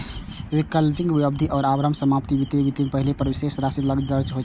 billing अवधि के आरंभ आ समाप्ति तिथि विवरणक पहिल पृष्ठ पर शेष राशि लग दर्ज होइ छै